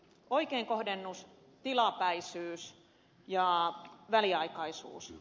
oikeinkohdennus tilapäisyys ja väliaikaisuus